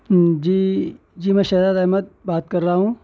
جی جی میں شہزاد احمد بات کر رہا ہوں